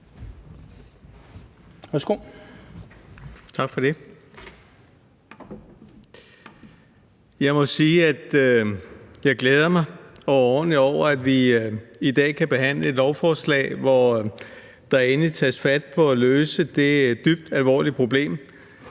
jeg glæder mig overordentligt over, at vi i dag kan behandle et lovforslag, hvor der endelig tages fat på at løse det dybt alvorlige problem,